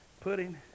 Pudding